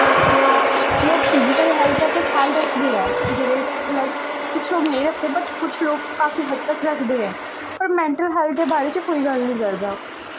लोग physical health ते धयान रखदे ऐ लाइक कुछ लोग नेईं रखदे बट कुछ काफी हद्द तक रखदे ऐ बट मैंटल हैल्थ दे बारे च कोई गल्ल निं करदा